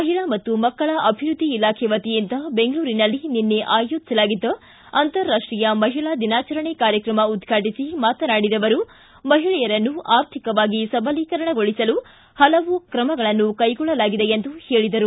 ಮಹಿಳಾ ಮತ್ತು ಮಕ್ಕಳ ಅಭಿವೃದ್ಧಿ ಇಲಾಖೆ ವತಿಯಿಂದ ಬೆಂಗಳೂರಿನಲ್ಲಿ ನಿನ್ನೆ ಆಯೋಜಿಸಿದ್ದ ಅಂತಾರಾಷ್ಟೀಯ ಮಹಿಳಾ ದಿನಾಚರಣೆ ಕಾರ್ಯಕ್ರಮ ಉದ್ಘಾಟು ಮಾತನಾಡಿದ ಅವರು ಮಹಿಳೆಯರನ್ನು ಆರ್ಥಿಕವಾಗಿ ಸಬಲೀಕರಣಗೊಳಿಸಲು ಹಲವು ಕ್ರಮಗಳನ್ನು ಕೈಗೊಂಡಿದೆ ಎಂದು ಹೇಳಿದರು